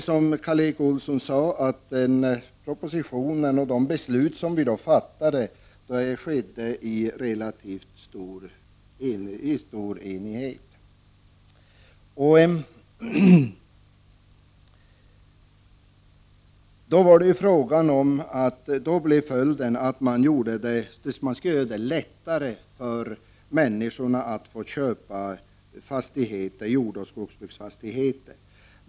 Som Karl Erik Olsson sade, fattades sedan beslutet i stor enighet. Man skulle göra det lättare för människor att få köpa jordoch skogsbruksfastigheter.